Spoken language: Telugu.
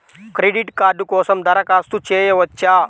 క్రెడిట్ కార్డ్ కోసం దరఖాస్తు చేయవచ్చా?